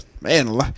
man